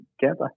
together